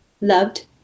loved